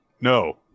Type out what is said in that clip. no